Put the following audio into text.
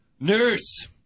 Nurse